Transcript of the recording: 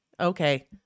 Okay